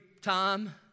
time